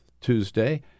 Tuesday